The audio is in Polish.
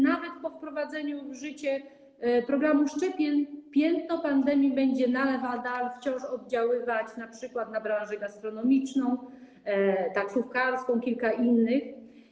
Nawet po wprowadzeniu w życie programu szczepień piętno pandemii będzie wciąż oddziaływać, np. na branżę gastronomiczną, taksówkarską i kilka innych.